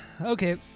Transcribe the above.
Okay